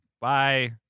Bye